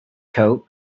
coat